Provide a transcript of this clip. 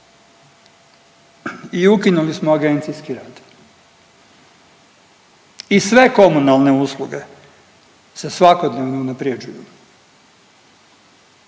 i ukinuli smo agencijski rad. I sve komunalne usluge se svakodnevno unaprjeđuju,